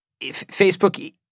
Facebook